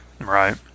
Right